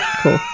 cool